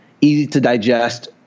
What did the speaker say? easy-to-digest